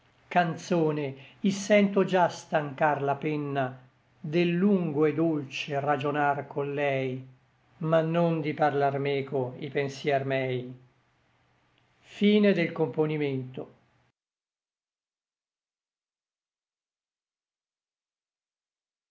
canzone i sento già stancar la penna del lungo et del dolce ragionar co llei ma non di parlar meco i pensier mei io